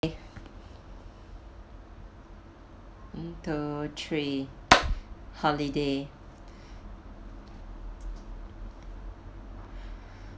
mm two three holiday